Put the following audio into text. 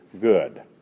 good